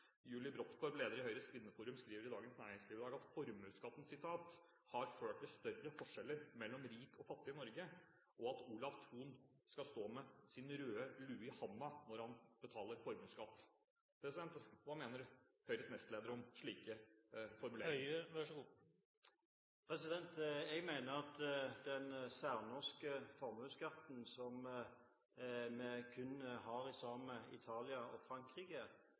Julie Brodtkorb, leder i Høyres Kvinneforum, skriver i Dagens Næringsliv i dag at formuesskatten har ført til større forskjeller mellom rik og fattig i Norge, og at Olav Thon skal stå med sin røde lue i handa når han betaler formuesskatt. Hva mener Høyres nestleder om slike formuleringer? Jeg mener at den særnorske formuesskatten, som vi kun har felles med Italia og Frankrike,